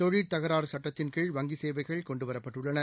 தொழிற் தகராறு சட்டத்தின்கீழ் வங்கி சேவைகள் கொண்டு வரப்பட்டுள்ளன